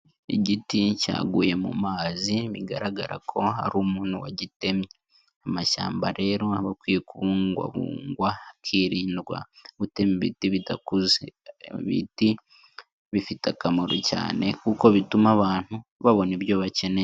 Igiti cyaguye mu mazi bigaragara ko hari umuntu wagitemye, amashyamba rero aba kubugwabungwa hakirindwa gutema ibiti bidakuze, ibiti bifite akamaro cyane kuko bituma abantu babona ibyo bakeneye.